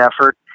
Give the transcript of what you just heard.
effort